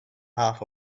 half